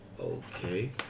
Okay